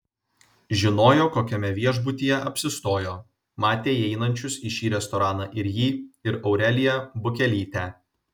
žinojo kokiame viešbutyje apsistojo matė įeinančius į šį restoraną ir jį ir aureliją bukelytę